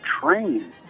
train